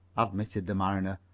admitted the mariner,